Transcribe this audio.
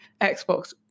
xbox